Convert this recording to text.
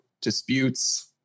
disputes